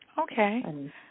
Okay